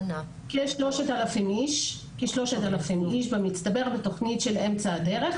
כ-3,000 איש במצטבר בתוכנית של "אמצע הדרך".